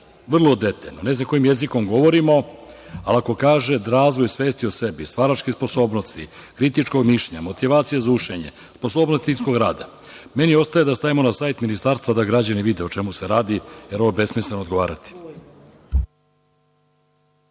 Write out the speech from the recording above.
vrlo detaljno sve piše. Ne znam kojim jezikom govorimo, ali ako kaže da razvoj svesti o sebi, stvaralačke sposobnosti, kritičkog mišljenja, motivacije za učenje, sposobnost timskog rada, meni ostaje da stavimo na sajt Ministarstva da građani vide o čemu se radi, jer je ovo besmisleno odgovarati.